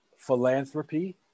Philanthropy